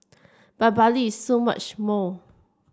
but Bali is so much more